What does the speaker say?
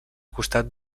costat